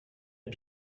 une